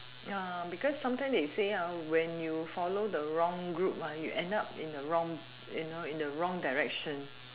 ya because sometimes they say ah when you follow the wrong group ah you end up in the wrong you know in the wrong direction